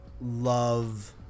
love